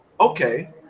Okay